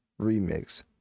remix